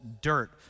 dirt